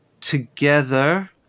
together